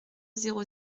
zéro